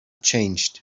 changed